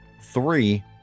Three